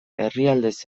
herrialdez